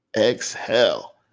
Exhale